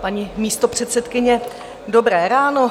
Paní místopředsedkyně, dobré ráno.